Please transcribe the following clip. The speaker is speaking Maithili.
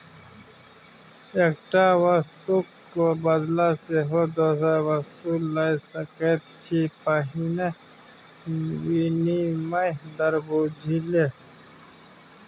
एकटा वस्तुक क बदला सेहो दोसर वस्तु लए सकैत छी पहिने विनिमय दर बुझि ले